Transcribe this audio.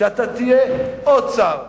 אבל אתה תהיה עוד שר שיתאכזב,